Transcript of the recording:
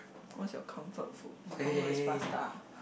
what's your comfort food my comfort food is pasta